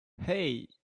hey